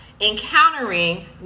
encountering